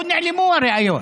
לאין נעלמו הראיות?